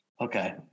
Okay